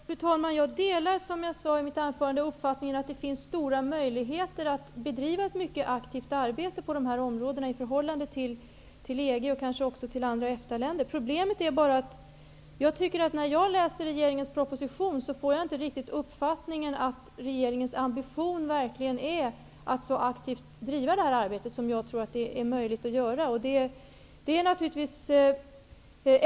Fru talman! Som jag sade i mitt anförande delar jag uppfattningen att det finns stora möjligheter att bedriva ett mycket aktivt arbete på de här områdena i förhållande till EG och kanske också andra EFTA-länder, men när jag läser regeringens proposition får jag inte riktigt uppfattningen att regeringens ambition är att driva det här arbetet så aktivt som jag tror är möjligt.